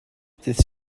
dydd